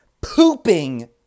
pooping